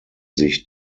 sich